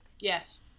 Yes